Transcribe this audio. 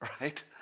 right